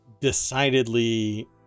decidedly